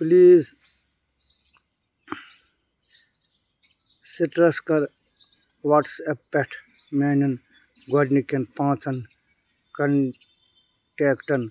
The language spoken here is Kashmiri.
پلیٖز سِٹرَس کَر واٹسایپ پٮ۪ٹھ میانٮ۪ن گۄڈٕنکٮ۪ن پانٛژن کنٹیکٹَن